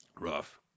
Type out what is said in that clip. Rough